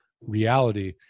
reality